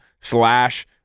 slash